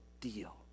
deal